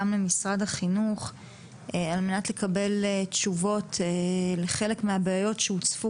גם למשרד החינוך כדי לקבל תשובות לחלק מהבעיות שהוצפו